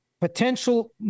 potential